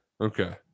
Okay